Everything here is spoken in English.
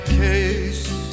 case